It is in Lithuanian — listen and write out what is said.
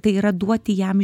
tai yra duoti jam